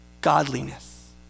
Godliness